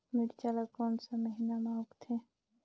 मिरचा ला कोन सा महीन मां उगथे?